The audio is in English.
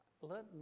let